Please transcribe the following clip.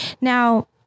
Now